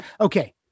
Okay